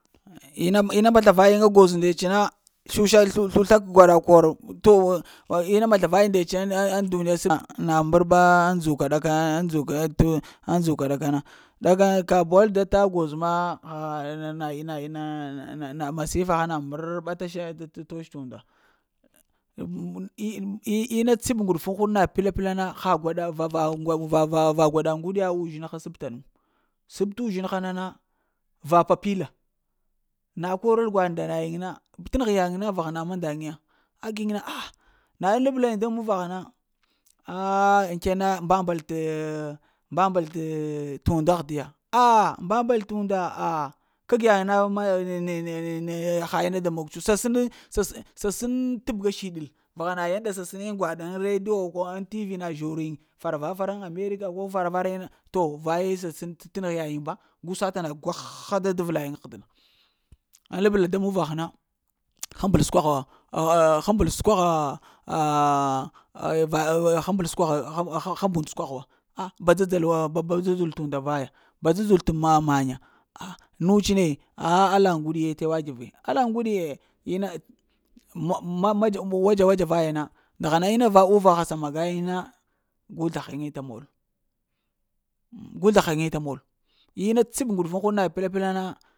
Inna-ina masla vayiŋ a goz ndets na, susa slusla gwaɗa kor tu ina masla vayiŋ ndets ŋ-ŋ-ŋ duniya səma. Na mbərɓa ndzok ɗaka ŋ ndzoke ŋ ndzoka ɗakana. Ɗa ka ka dzuwal tata a goz ma ha nana nana ina mana nana masifa na, na mbrərɓa tasha t’ wush t'unda, ina tseb ŋguɗufun huɗ na pla-pla na ha gwaɗa va va va gwaɗa ŋguɗiya yzhin p'ta-p'ta nu. Səpot’ uzhinha nana, va pa-pila, na korəl gwaɗ nda nayiŋ na, t'negh nayiŋ na va ghana mandaŋ ya a giŋ na ahh na ŋ lablayiŋ da muvagh na ah inten na mba-mbal teh mba-mbal t’ undagh diya aaah mba-mbal t unda aah kag yayiŋ na neh neh ha ina da mongts, sa sa sen tabga siɗil vahana yadr sasənel gwaɗa ŋ radio ko ŋ tv na zhor yiŋ, fara va fara ŋ america ko fara va eh na, to vaye sən t’ negh yayiŋ ba gu sata na gwaagh haa da vla yiŋ ŋgh dəna ŋ lablal da muvagh na ghmbal səkwa gha wa, aa wa ghmbal səkwagha va hmbol səkwagha ha ha gham undu səkwagha wa, aa ba dzadzalo aa ba dza-dzal t’ unda vaya. Ba dza-dzal manya, ah nuts ne aah alla ŋguɗiye tewa t've alla ŋguɗiye ina. map-ma-ma-madza wets vaya na. Hana ina va uvagh sa maga yiŋ na gu zlahaŋyita molo guzla haŋyita mol inna tseb ŋguɗufun huɗ na pla-pla na,